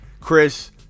Chris